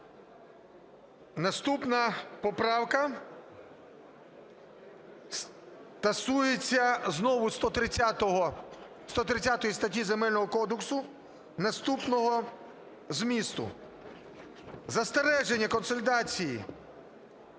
Наступна поправка стосується знову 130 статті Земельного кодексу наступного змісту: застереження консолідації